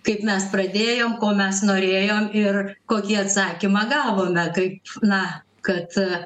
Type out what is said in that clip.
kaip mes pradėjom ko mes norėjom ir kokį atsakymą gavome kaip na kad